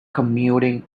commuting